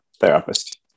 therapist